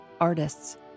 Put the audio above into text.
Artists